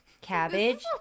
cabbage